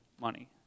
money